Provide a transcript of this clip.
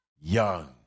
young